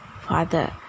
father